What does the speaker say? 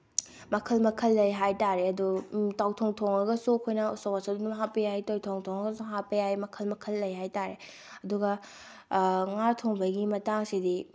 ꯃꯈꯜ ꯃꯈꯜ ꯂꯩ ꯍꯥꯏꯇꯥꯔꯦ ꯑꯗꯨ ꯇꯥꯎꯊꯣꯡ ꯊꯣꯡꯉꯒꯁꯨ ꯑꯩꯈꯣꯏꯅ ꯎꯁꯣꯞ ꯋꯥꯁꯣꯞ ꯑꯝꯗ ꯍꯥꯞꯄ ꯌꯥꯏ ꯇꯣꯏꯊꯣꯡ ꯊꯣꯡꯉꯒꯁꯨ ꯍꯥꯞꯄ ꯌꯥꯏ ꯃꯈꯜ ꯃꯈꯜ ꯂꯩ ꯍꯥꯏꯇꯥꯔꯦ ꯑꯗꯨꯒ ꯉꯥ ꯊꯣꯡꯕꯒꯤ ꯃꯇꯥꯡꯁꯤꯗꯤ